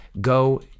go